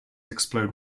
explode